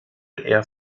air